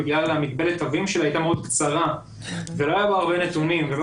בגלל מגבלת התווים שלה היא הייתה מאוד קצרה ולא היו בה הרבה נתונים והם